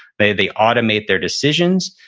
they they automate their decisions,